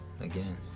again